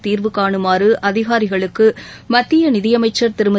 தீர்வு காணுமாறு அதிகாரிகளுக்கு மத்திய நிதியமைச்சர் திருமதி